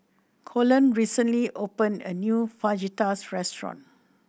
Colon recently opened a new Fajitas restaurant